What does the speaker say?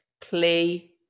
play